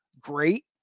great